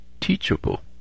teachable